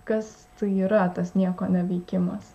kas tai yra tas nieko neveikimas